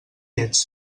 ets